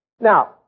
Now